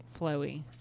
flowy